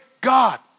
God